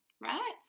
right